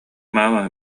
маама